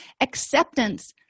Acceptance